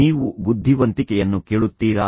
ನೀವು ಬುದ್ಧಿವಂತಿಕೆಯನ್ನು ಕೇಳುತ್ತೀರಾ